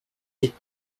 liegt